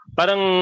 parang